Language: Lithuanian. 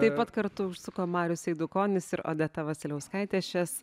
taip pat kartu užsuko marius eidukonis ir odeta vasiliauskaitė šias